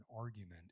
argument